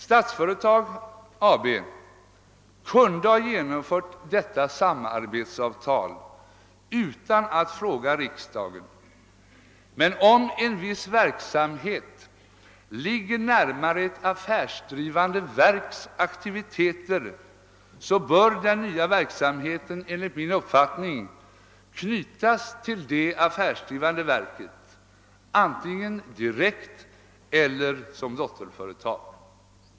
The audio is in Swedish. Statsföretag AB kunde ha genomfört detta samarbetsavtal utan att fråga riksdagen, men om en viss verksamhet ligger närmare ett affärsdrivande verks aktiviteter, bör den nya verksamheten enligt min uppfattning knytas till det affärsdrivande verket, antingen direkt eller som ett dotterföretag.